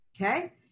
okay